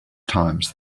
times